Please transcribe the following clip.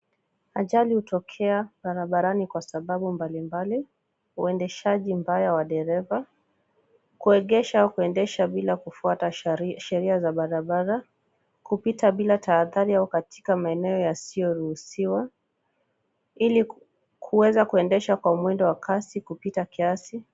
Ajali hutokea barabarani kwa sababu mbalimbali, uendeshaji mbaya wa dereva , kuegesha au kuendesha bila kufuata sheria za barabara, kupita bila tahadhari au katika maeneo yasiyo ruhusiwa , ili kuweza kuendesha kwa mwendo wa kasi kupita kiasi.